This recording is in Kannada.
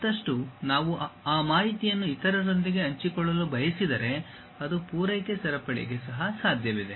ಮತ್ತು ಮತ್ತಷ್ಟು ನಾವು ಆ ಮಾಹಿತಿಯನ್ನು ಇತರರೊಂದಿಗೆ ಹಂಚಿಕೊಳ್ಳಲು ಬಯಸಿದರೆ ಅದು ಪೂರೈಕೆ ಸರಪಳಿಗೆ ಸಹ ಸಾಧ್ಯವಿದೆ